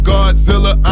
Godzilla